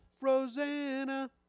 Rosanna